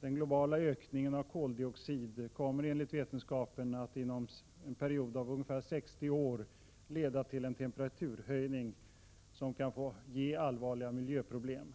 Den globala ökningen av koldioxid kommer enligt vetenskapen att inom en period av 60 år leda till en temperaturhöjning, som kan ge allvarliga miljöproblem.